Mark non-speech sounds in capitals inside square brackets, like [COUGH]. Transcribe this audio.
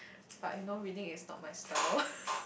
but you know reading is not my style [LAUGHS]